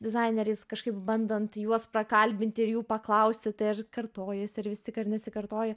dizaineriais kažkaip bandant juos prakalbinti ir jų paklausti tai ar kartojasi ar vis tik nesikartoja